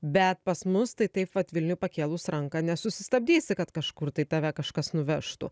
bet pas mus tai taip vat vilniuj pakėlus ranką nesusistabdysi kad kažkur tai tave kažkas nuvežtų